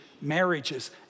marriages